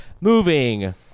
Moving